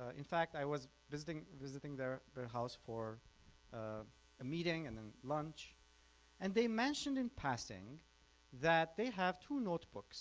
ah in fact i was visiting visiting their house for a meeting and then lunch and they mentioned in passing that they have two notebooks